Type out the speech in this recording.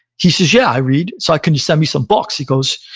he says, yeah, i read. so can you send me some books? he goes,